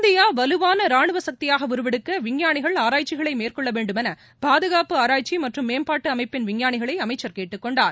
India வலுவாள ரானுவ சக்தியாக உருவெடுக்க விஞ்ஞானிகள் ஆராய்ச்சிகளை மேற்கொள்ள வேண்டும் என பாதுகாப்பு ஆராய்ச்சி மற்றும் மேம்பாட்டு அமைப்பின் விஞ்ஞானிகளை அமைச்சர் கேட்டுக்கொண்டார்